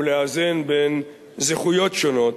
ולאזן בין זכויות שונות,